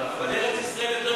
אבל ארץ-ישראל יותר גדולה.